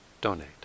donate